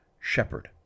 shepherd